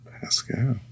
Pascal